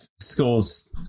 scores